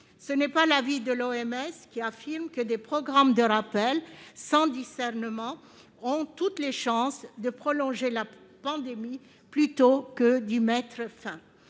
de la santé (OMS), qui affirme que des programmes de rappel sans discernement ont toutes les chances de prolonger la pandémie plutôt que d'y mettre fin.